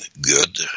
good